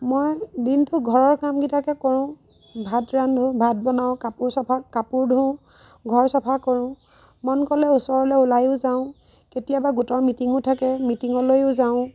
মই দিনটো ঘৰৰ কামকেইটাকে কৰোঁ ভাত ৰান্ধো ভাত বনাওঁ কাপোৰ চাফা কাপোৰ ধোওঁ ঘৰ চাফা কৰোঁ মন গ'লে ওচৰলৈ ওলায়ো যাওঁ কেতিয়াবা গোটৰ মিটিঙো থাকে মিটিঙলৈও যাওঁ